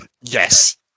yes